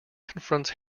confronts